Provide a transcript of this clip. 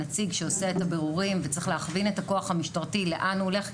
הנציג שעושה את הבירורים וצריך להכווין את הכוח המשטרתי לאן הוא הולך,